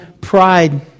pride